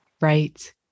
right